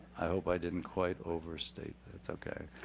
i hope i didn't quite overstate that's okay.